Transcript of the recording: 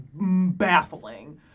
baffling